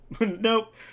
nope